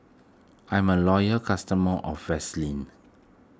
I'm a loyal customer of Vaselin